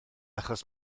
achos